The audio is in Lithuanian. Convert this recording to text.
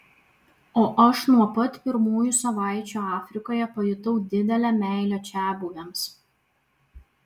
o aš nuo pat pirmųjų savaičių afrikoje pajutau didelę meilę čiabuviams